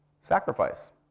sacrifice